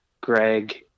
greg